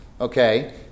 okay